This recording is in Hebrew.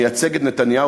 מייצג את נתניהו,